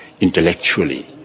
intellectually